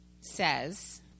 says